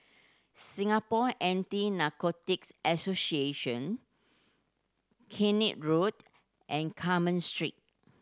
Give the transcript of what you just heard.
Singapore Anti Narcotics Association Keene Road and Carmen Street